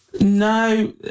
No